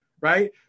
right